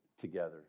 together